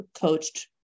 coached